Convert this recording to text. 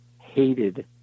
hated